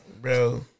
bro